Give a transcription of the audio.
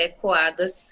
coadas